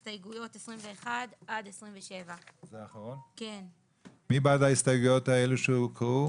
הסתייגויות 21 עד 27. מי בעד ההסתייגויות שהוקראו?